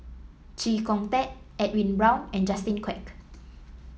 Chee Kong Tet Edwin Brown and Justin Quek